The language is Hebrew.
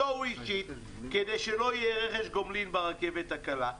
לא הוא אישית כדי שלא יהיה רכש גומלין ברכבת הקלה.